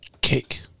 cake